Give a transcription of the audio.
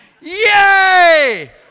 yay